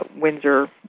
windsor